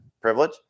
privilege